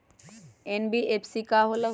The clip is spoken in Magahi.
एन.बी.एफ.सी का होलहु?